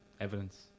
evidence